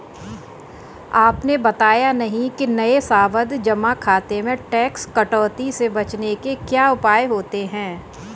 आपने बताया नहीं कि नये सावधि जमा खाते में टैक्स कटौती से बचने के क्या उपाय है?